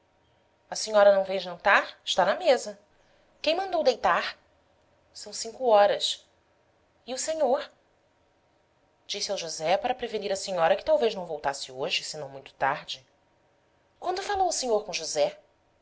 a senhora não vem jantar está na mesa quem mandou deitar são cinco horas e o senhor disse ao josé para prevenir a senhora que talvez não voltasse hoje senão muito tarde quando falou o senhor com josé